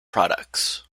products